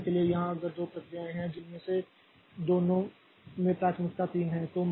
उदाहरण के लिए यहाँ अगर दो प्रक्रियाएँ हैं जिनमें से दोनों में प्राथमिकता 3 है